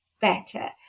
better